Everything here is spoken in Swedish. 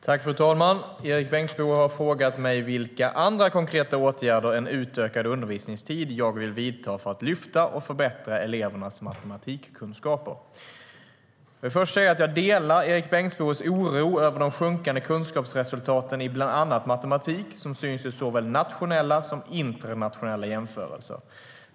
Jag delar Erik Bengtzboes oro över de sjunkande kunskapsresultat i bland annat matematik som syns i såväl nationella som internationella jämförelser.